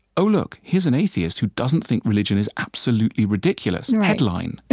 oh, look, here's an atheist who doesn't think religion is absolutely ridiculous headline.